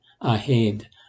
ahead